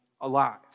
alive